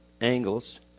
angles